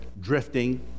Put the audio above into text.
drifting